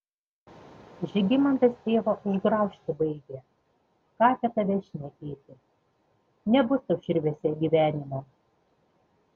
žygimantas tėvą užgraužti baigia ką apie tave šnekėti nebus tau širviuose gyvenimo